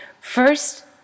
First